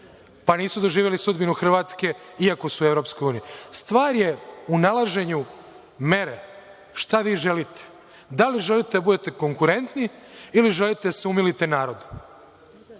pa nisu doživeli sudbinu Hrvatske iako su EU. Stvar je u nalaženju mere, šta vi želite, da li želite da budete konkurentni ili želite da se umilite narodu.